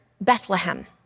Bethlehem